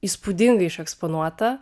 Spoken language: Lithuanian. įspūdingai išeksponuota